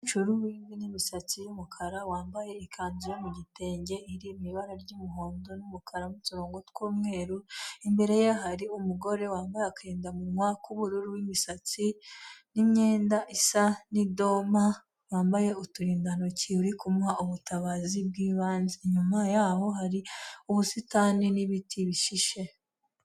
Umukecuru w'imvi n'imisatsi y'umukara wambaye ikanzu yo mu gitenge, iri mu ibara ry'umuhondo n'umukara n'uturongongo tw'umweru, imbere ye hari umugore wambaye akarindamunwa k'ubururu w'imisatsi n'imyenda isa n'idoma, wambaye uturindantoki uri kumuha ubutabazi bw'ibanze, inyuma yabo hari ubusitani n'ibiti bishishe.